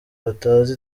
batazi